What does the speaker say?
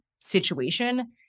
situation